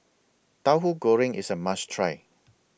Tauhu Goreng IS A must Try